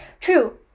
True